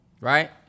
Right